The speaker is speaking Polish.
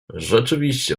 rzeczywiście